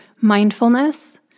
mindfulness